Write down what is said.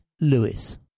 Lewis